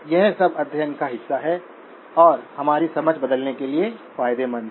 यह सब अध्ययन का हिस्सा है और हमारी समझ बदलने के लिए फायदेमंद है